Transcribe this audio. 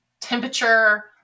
temperature